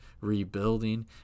rebuilding